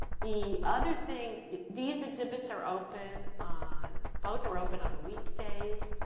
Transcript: the other thing these exhibits are open on both are open on weekdays,